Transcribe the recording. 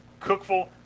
Cookful